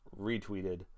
retweeted